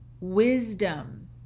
Wisdom